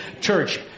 church